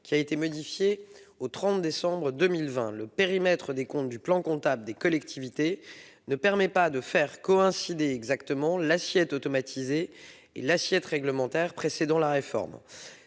modifié du 30 décembre 2020. Le périmètre des comptes du plan comptable des collectivités ne permet pas de faire coïncider exactement l'assiette automatisée et l'assiette réglementaire précédant la réforme.